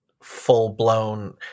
full-blown